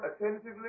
attentively